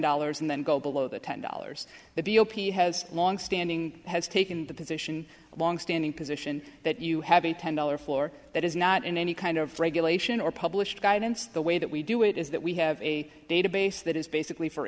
dollars and then go below the ten dollars the v o p has long standing has taken the position of long standing position that you have a ten dollar floor that is not in any kind of regulation or published guidance the way that we do it is that we have a database that is basically for